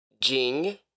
Jing